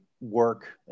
work